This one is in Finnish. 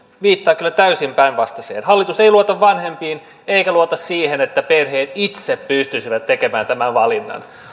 viittaa kyllä täysin päinvastaiseen hallitus ei luota vanhempiin eikä luota siihen että perheet itse pystyisivät tekemään tämän valinnan hallitus